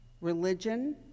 religion